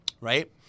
right